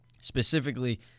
Specifically